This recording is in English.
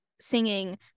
singing